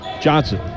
Johnson